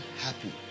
happy